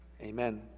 Amen